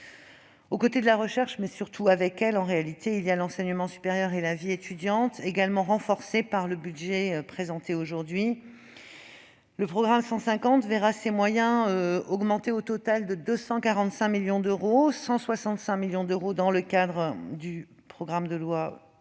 Aux côtés de la recherche, et surtout avec elle, il y a l'enseignement supérieur et la vie étudiante, également renforcés par le budget présenté aujourd'hui. Le programme 150 voit ses moyens augmenter au total de 245 millions d'euros, dont 165 millions d'euros dans le cadre de la loi